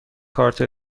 کارت